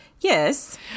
Yes